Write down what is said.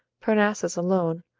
parnassus alone,